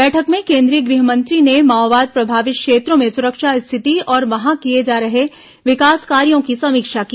बैठक में केन्द्रीय गृह मंत्री ने माओवाद प्रभावित क्षेत्रों में सुरक्षा स्थिति और वहां किये जा रहे विकास कार्यो की समीक्षा की